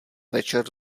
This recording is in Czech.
večer